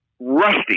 rusty